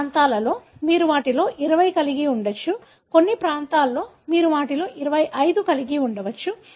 కొన్ని ప్రాంతాలలో మీరు వాటిలో 20 కలిగి ఉండవచ్చు కొన్ని ప్రాంతాలలో మీరు వాటిలో 25 కలిగి ఉండవచ్చు